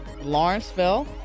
Lawrenceville